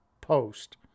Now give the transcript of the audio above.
post